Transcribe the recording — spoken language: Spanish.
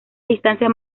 distancia